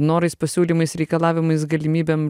norais pasiūlymais reikalavimais galimybėm